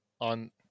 On